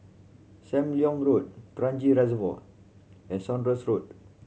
Sam Leong Road Kranji Reservoir and Saunders Road